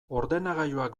ordenagailuak